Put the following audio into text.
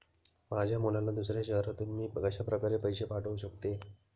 माझ्या मुलाला दुसऱ्या शहरातून मी कशाप्रकारे पैसे पाठवू शकते?